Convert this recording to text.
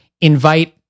invite